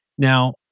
Now